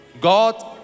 God